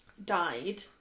Died